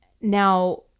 now